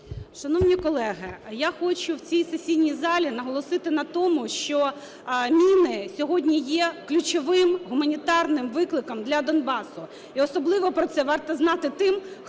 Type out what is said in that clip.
Шановні колеги, я хочу в цій сесійній залі наголосити на тому, що міни сьогодні є ключовим гуманітарним викликом для Донбасу і особливо про це варто знати тим, хто рве на